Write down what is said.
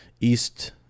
east